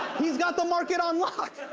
he's got the market on lock.